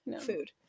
food